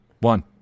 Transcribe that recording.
One